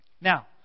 Now